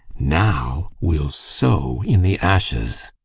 now we'll sow in the ashes.